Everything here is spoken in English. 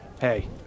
Hey